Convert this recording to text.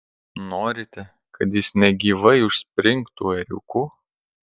norite kad jis negyvai užspringtų ėriuku